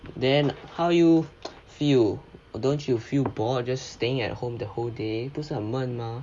then how you feel don't you feel bored just staying at home the whole day 不是很闷 mah